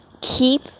keep